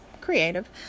creative